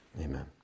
Amen